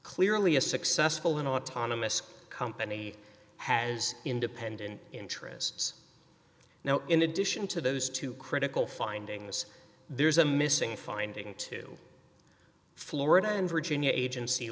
clearly a successful and autonomous company has independent interests now in addition to those two critical findings there is a missing finding to florida and virginia agency